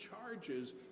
charges